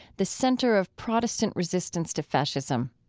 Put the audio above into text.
the center of protestant resistance to fascism.